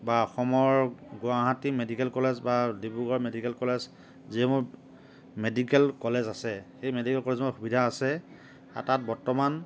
বা অসমৰ Guwahati medical college বা ডিব্ৰুগড় মেডিকেল কলেজ যিসমূহ মেডিকেল কলেজ আছে সেই মেডিকেল কলেজসমূহত সুবিধা আছে আৰু তাত বৰ্তমান